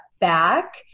back